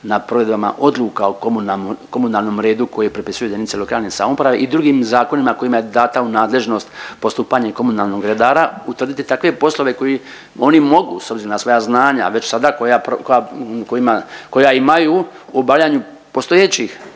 nad provedbama odluka o komunalnom redu koje propisuju jedinice lokalne samouprave i drugim zakonima kojima je dana u nadležnost postupanje i komunalnog redara, utvrditi takve poslove koji oni mogu s obzirom na svoj znanja već sada koja, kojima, koja imaju u obavljanju postojećih